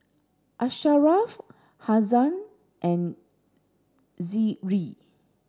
Asharaff Haziq and Zikri